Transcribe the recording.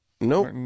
Nope